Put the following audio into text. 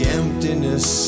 emptiness